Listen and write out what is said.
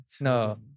No